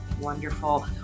Wonderful